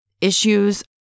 issues